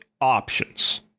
options